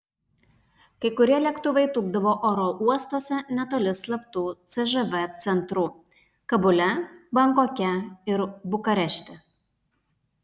kai kurie lėktuvai tūpdavo oro uostuose netoli slaptų cžv centrų kabule bankoke ir bukarešte